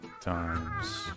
times